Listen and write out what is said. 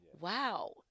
Wow